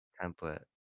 template